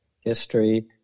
history